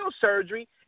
surgery